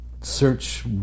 search